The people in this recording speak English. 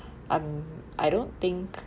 um I don't think